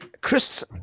Chris